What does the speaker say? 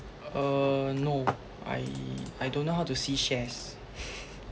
uh no I I don't know how to see shares